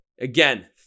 again